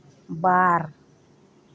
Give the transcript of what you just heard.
ᱵᱟᱨ